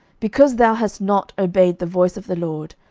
because thou hast not obeyed the voice of the lord,